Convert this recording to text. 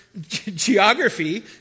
geography